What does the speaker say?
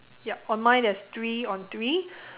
yup on mine there's three on three